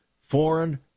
foreign